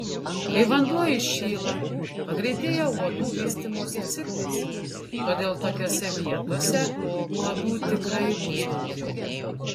kai vanduo įšyla pagreitėja uodų vystymosi ciklas todėl tokiose vietose uodų tikrai bus daugiau